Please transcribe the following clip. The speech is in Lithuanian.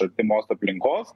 artimos aplinkos